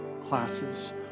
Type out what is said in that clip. classes